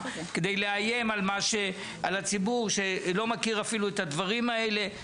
כדי לאיים על הציבור שלא מכיר אפילו את הדברים האלה.